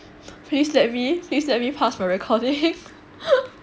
please let me please let me pass my recording